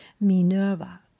Minerva